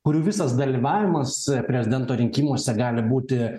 kurių visas dalyvavimas prezidento rinkimuose gali būti